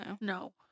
No